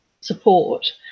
support